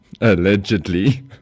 allegedly